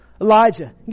Elijah